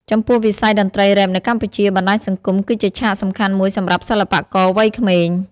ចំពោះវិស័យតន្ត្រីរ៉េបនៅកម្ពុជា បណ្ដាញសង្គមគឺជាឆាកសំខាន់មួយសម្រាប់សិល្បករវ័យក្មេង។